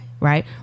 right